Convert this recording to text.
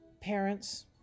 parents